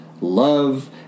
love